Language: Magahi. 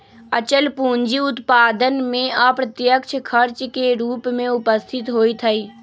अचल पूंजी उत्पादन में अप्रत्यक्ष खर्च के रूप में उपस्थित होइत हइ